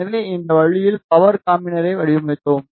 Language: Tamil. எனவே இந்த வழியில் பவர் காம்பினரை வடிவமைத்தோம்